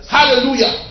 Hallelujah